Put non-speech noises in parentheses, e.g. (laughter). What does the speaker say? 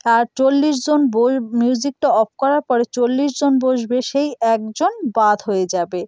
আর চল্লিশ জন (unintelligible) মিউজিকটা অফ করার পরে চল্লিশ জন বসবে সেই একজন বাদ হয়ে যাবে